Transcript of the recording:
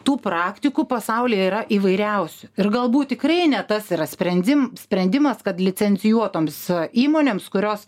tų praktikų pasaulyje yra įvairiausių ir galbūt tikrai ne tas yra sprendim sprendimas kad licencijuotoms įmonėms kurios